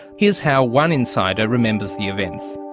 here's how one insider remembers the events.